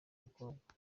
umukobwa